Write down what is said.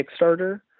Kickstarter